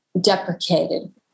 deprecated